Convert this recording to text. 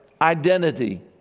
identity